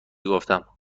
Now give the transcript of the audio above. گفتم